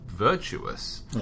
virtuous